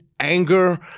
anger